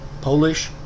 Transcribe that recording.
Polish